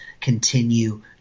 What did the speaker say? continue